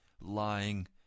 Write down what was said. lying